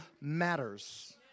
matters